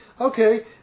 okay